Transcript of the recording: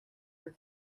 her